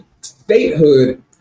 statehood